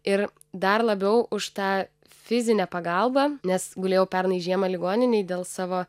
ir dar labiau už tą fizinę pagalbą nes gulėjau pernai žiemą ligoninėj dėl savo